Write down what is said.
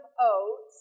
oats